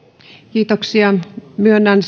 kiitoksia myönnän